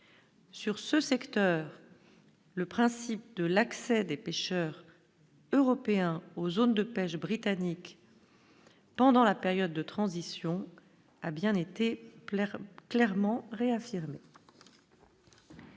Sur ce secteur, le principe de l'accès des pêcheurs européens aux zones de pêche britannique pendant la période de transition, a bien été clairement clairement